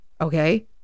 okay